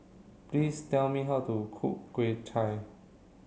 please tell me how to cook Chap Chai